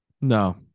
No